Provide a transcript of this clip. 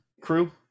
crew